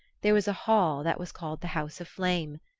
there was a hall that was called the house of flame.